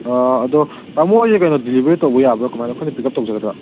ꯑꯣ ꯑꯗꯣ ꯇꯥꯃꯣ ꯑꯩꯁꯦ ꯀꯩꯅꯣ ꯗꯤꯂꯤꯕꯔꯤ ꯇꯧꯕ ꯌꯥꯕ꯭ꯔꯥ ꯀꯃꯥꯏꯅ ꯑꯩꯈꯣꯏꯅ ꯄꯤꯛꯀꯞ ꯇꯧꯖꯒꯗ꯭ꯔꯥ